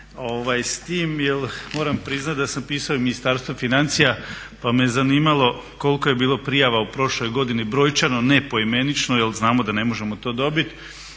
s tim jer moram priznati da sam pisao i Ministarstvu financija pa me zanimalo koliko je bilo prijava u prošloj godini brojčano ne poimenično jer znamo da ne možemo to dobiti